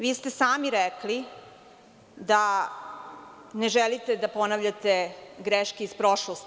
Vi ste sami rekli da ne želite da ponavljate greške iz prošlosti.